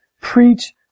preach